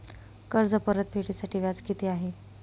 कर्ज परतफेडीसाठी व्याज किती आहे?